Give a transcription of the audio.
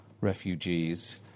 refugees